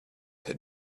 had